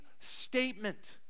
statement